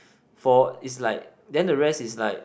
for is like then the rest is like